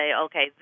okay